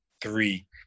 three